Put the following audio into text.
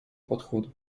подхода